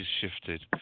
shifted